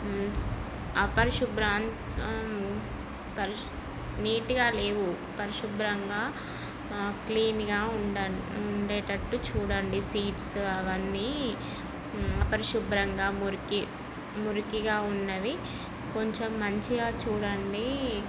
అపరిశుభ్రం నీట్గా లేవు పరిశుభ్రంగా క్లీన్గా ఉండా ఉండేటట్టు చూడండి సీట్స్ అవన్నీ అపరిశుభ్రంగా మురికి మురికిగా ఉన్నవి కొంచెం మంచిగా చూడండి